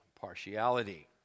partiality